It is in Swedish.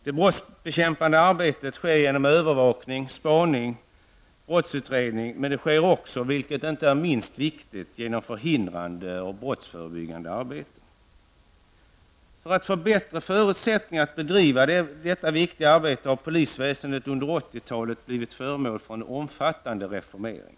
Det brottsbekämpande arbetet sker genom övervakning, spaning och brottsutredning, men också genom förhindrande och brottsförebyggande arbete, vilket inte är minst viktigt. För att få bättre förutsättningar att bedriva detta viktiga arbete har polisväsendet under 80-talet blivit föremål för en omfattande reformering.